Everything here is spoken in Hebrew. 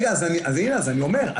רגע, הינה, אני אומר.